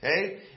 Okay